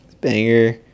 Banger